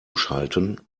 schalten